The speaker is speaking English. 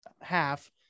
half